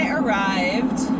arrived